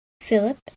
Philip